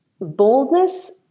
boldness